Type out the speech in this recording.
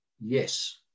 yes